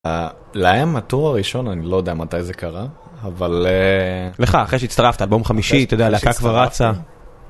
להם הטור הראשון, אני לא יודע מתי זה קרה, אבל... לך, אחרי שהצטרפת, אלבום חמישי, אתה יודע, להקה כבר רצה.